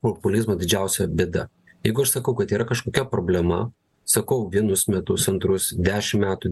populizmo didžiausia bėda jeigu aš sakau kad yra kažkokia problema sakau vienus metus antrus dešim metų